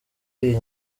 iyi